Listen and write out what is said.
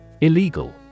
Illegal